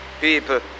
people